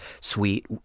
sweet